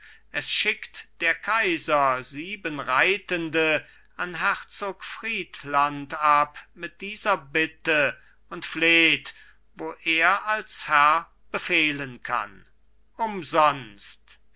es schickt der kaiser sieben reitende an herzog friedland ab mit dieser bitte und fleht wo er als herr befehlen kann umsonst